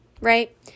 right